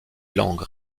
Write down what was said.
langues